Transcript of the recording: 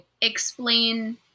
explain